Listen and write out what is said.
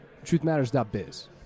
TruthMatters.biz